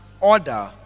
order